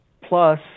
plus